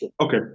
Okay